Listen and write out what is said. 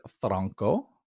Franco